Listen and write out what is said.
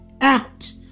out